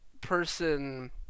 person